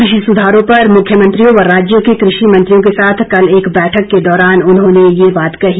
कृषि सुधारों पर मुख्यमंत्रियों व राज्यों के कृषि मंत्रियों के साथ कल एक बैठक के दौरान उन्होंने ये बात कही